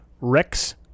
rex